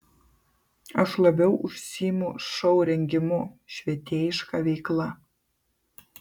aš labiau užsiimu šou rengimu švietėjiška veikla